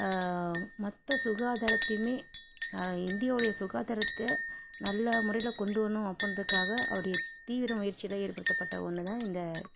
மொத்த சுகாதாரத்தையுமே இந்தியாவுடைய சுகாதாரத்தை நல்ல முறையில் கொண்டு வரணும் அப்புடின்றக்காக அவருடைய தீவிர முயற்சியில் ஏற்படுத்தப்பட்ட ஒன்றுதான் இந்த